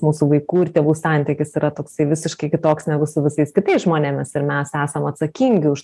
mūsų vaikų ir tėvų santykis yra toksai visiškai kitoks negu su visais kitais žmonėmis ir mes esam atsakingi už